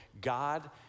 God